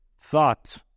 thought